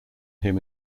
him